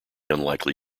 unlikely